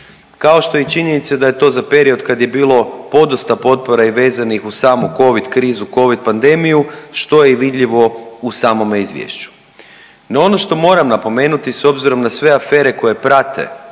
Kao što i činjenice da je to za period kad je bilo podosta potpora i vezanih uz samu covid krizu, covid pandemiju što je i vidljivo u samome izvješću. No ono što moram napomenuti s obzirom na sve afere koje prate